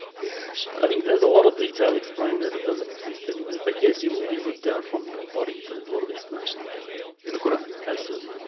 i think there's a lot of detail explained there that doesn't exist anyway, but yes, you will be ripped out from your body there's a lot of explanations about that in the koran. absolutely